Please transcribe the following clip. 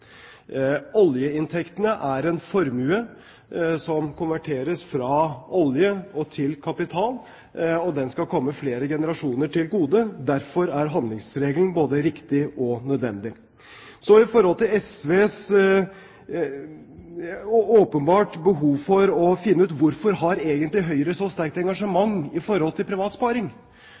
Oljeinntektene er en formue som konverteres fra olje til kapital. Den skal komme flere generasjoner til gode, derfor er handlingsregelen både riktig og nødvendig. Så til SVs åpenbare behov for å finne ut hvorfor Høyre har så sterkt engasjement